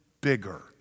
bigger